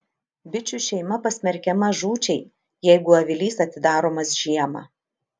bičių šeima pasmerkiama žūčiai jeigu avilys atidaromas žiemą